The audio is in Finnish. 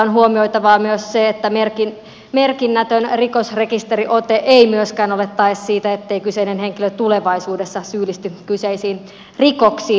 on huomioitavaa myös se että merkinnätön rikosrekisteriote ei myöskään ole tae siitä ettei kyseinen henkilö tulevaisuudessa syyllisty kyseisiin rikoksiin